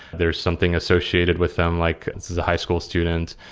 there's something associated with them, like this is a high school students,